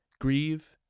Grieve